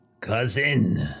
Cousin